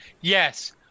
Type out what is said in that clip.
Yes